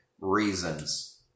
reasons